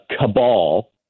cabal